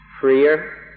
freer